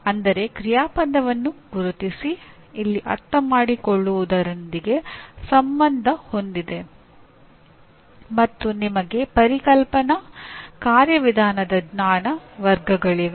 ಅಂದರೆ ಕ್ರಿಯಾಪದವನ್ನು ಗುರುತಿಸಿ ಇಲ್ಲಿ ಅರ್ಥಮಾಡಿಕೊಳ್ಳುವುದರೊಂದಿಗೆ ಸಂಬಂಧ ಹೊಂದಿದೆ ಮತ್ತು ನಿಮಗೆ ಪರಿಕಲ್ಪನಾ ಕಾರ್ಯವಿಧಾನದ ಜ್ಞಾನ ವರ್ಗಗಳಿವೆ